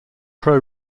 pro